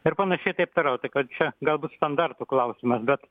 ir panašiai taip toliau taip kad čia galbūt standartų klausimas bet